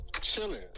Chilling